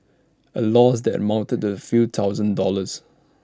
A loss that amounted the few thousand dollars